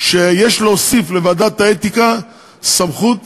להוסיף לוועדת האתיקה סמכות